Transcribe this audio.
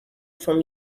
from